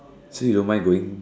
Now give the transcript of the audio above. see you don't mind going